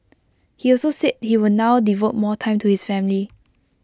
he also said he will now devote more time to his family